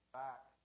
back